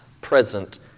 present